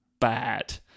bad